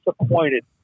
disappointed